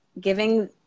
giving